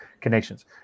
connections